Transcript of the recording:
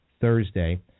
Thursday